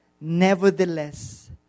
nevertheless